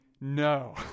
No